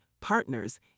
partners